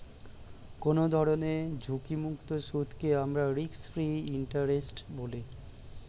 কোনো ধরনের ঝুঁকিমুক্ত সুদকে আমরা রিস্ক ফ্রি ইন্টারেস্ট বলি